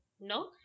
No